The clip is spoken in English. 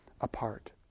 apart